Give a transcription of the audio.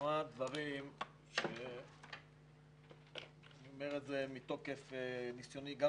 כמה דברים שאני אומר מתוקף ניסיוני גם